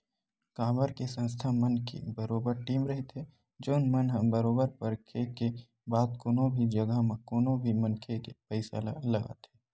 काबर के संस्था मन के बरोबर टीम रहिथे जउन मन ह बरोबर परखे के बाद कोनो भी जघा म कोनो भी मनखे के पइसा ल लगाथे